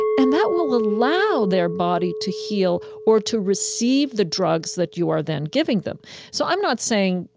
and that will allow their body to heal or to receive the drugs that you are then giving them so i'm not saying,